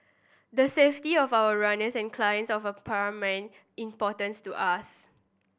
the safety of our runners and clients of a paramount importance to us